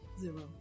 Zero